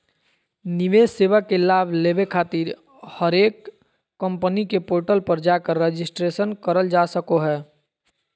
निवेश सेवा के लाभ लेबे खातिर हरेक कम्पनी के पोर्टल पर जाकर रजिस्ट्रेशन करल जा सको हय